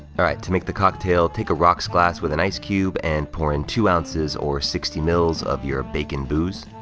all right. to make the cocktail, take a rocks glass with an ice cube, cube, and pour in two ounces or sixty mils of your bacon booze,